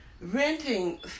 Renting